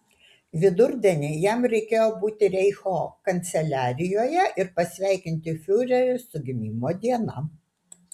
vidurdienį jam reikėjo būti reicho kanceliarijoje ir pasveikinti fiurerį su gimimo diena